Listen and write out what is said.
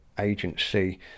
Agency